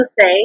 say